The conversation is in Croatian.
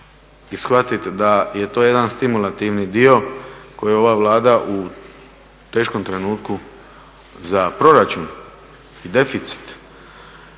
shvatit da je to jedan stimulativni dio koji ova Vlada u teškom trenutku za proračun i deficit